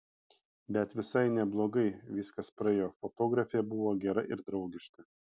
bet visai neblogai viskas praėjo fotografė buvo gera ir draugiška